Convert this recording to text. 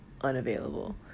unavailable